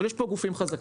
אבל יש פה גופים חזקים,